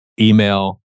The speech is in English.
email